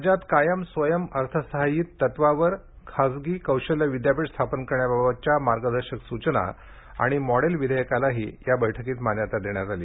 राज्यात कायम स्वयंअर्थसहाय्यित तत्वावर खाजगी कौशल्य विद्यापीठ स्थापन करण्याबाबतच्या मार्गदर्शक सुचना आणि मॉडेल विधेयकालाही बैठकीत मान्यता देण्यात आली